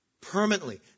permanently